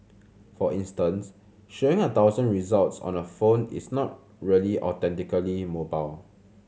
for instance showing a thousand results on a phone is not really authentically mobile